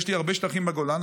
יש לי הרבה שטחים בגולן,